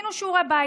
עשינו שיעורי בית.